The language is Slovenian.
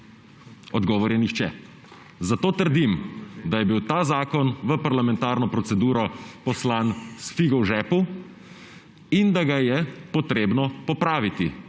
Odgovor je nihče. Zato trdim, da je bil ta zakon v parlamentarno proceduro poslan s figo v žepu in da ga je potrebno popraviti.